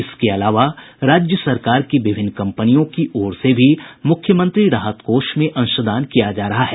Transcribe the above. इसके अलावा राज्य सरकार की विभिन्न कंपनियों की ओर से भी मुख्यमंत्री राहत कोष में अंशदान किया जा रहा है